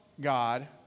God